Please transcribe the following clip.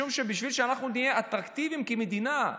משום שבשביל שאנחנו נהיה אטרקטיביים כמדינה,